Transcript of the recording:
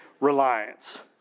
reliance